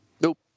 Nope